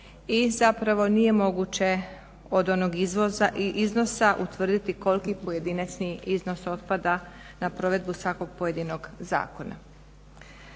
i zapravo nije moguće od onog izvoza i iznosa utvrditi koliki pojedinačni iznos otpada na provedbu svakog pojedinog zakona.